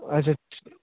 اَچھا